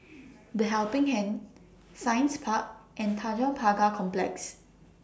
The Helping Hand Science Park and Tanjong Pagar Complex